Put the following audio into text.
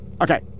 Okay